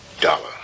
dollar